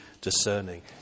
Discerning